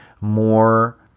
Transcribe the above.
more